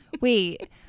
Wait